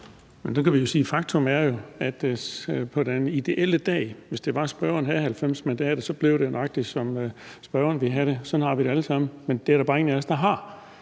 faktum er, at det på den ideelle dag, hvis det var sådan, at spørgeren havde 90 mandater, så blev, nøjagtig som spørgeren ville have det. Sådan har vi det alle sammen, men det er der bare ingen af os der har,